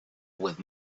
with